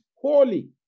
holy